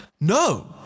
No